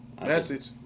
Message